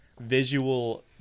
Visual